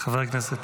הכנסת